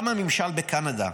גם הממשל בקנדה,